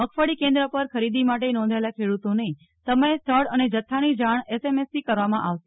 મગફળી કેન્દ્ર પર ખરીદી માટે નોંધાયેલા ખેડૂતોને સમય સ્થળ અને જથ્થાની જાણ એસએમએસથી કરવામાં આવશે